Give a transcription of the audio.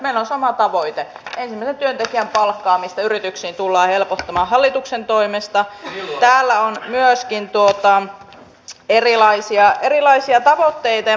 miten on mahdollista sekin että pietarin kaupat kyllä loistavat ulkomaisista länsimaiden viineistä ja konjakeista mutta eivät suomen juustoista